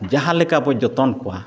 ᱡᱟᱦᱟᱸ ᱞᱮᱠᱟᱵᱚᱱ ᱡᱚᱛᱚᱱ ᱠᱚᱣᱟ